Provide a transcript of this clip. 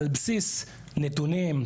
על בסיס נתונים,